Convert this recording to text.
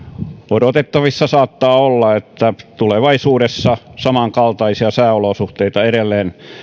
odotettavissa saattaa olla että tulevaisuudessa samankaltaisia sääolosuhteita edelleen